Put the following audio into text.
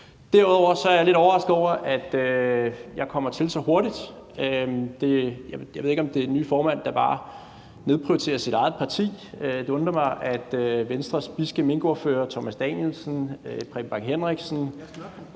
Derudover er jeg lidt overrasket over, at jeg kommer til så hurtigt. Jeg ved ikke, om det er den nye formand, der bare nedprioriterer sit eget parti. Det undrer mig, at Venstres bidske minkordførere – Thomas Danielsen, Preben Bang Henriksen,